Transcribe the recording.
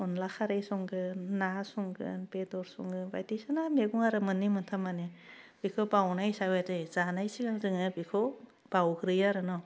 अनला खारै संगोन ना संगोन बेदर सङो बायदिसिना मेगं आरो मोन्नै मोनथाम माने बेखौ बाउनाय हिसाबै जानाय सिगां जोङो बेखौ बाउग्रोयो आरो न'